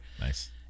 Nice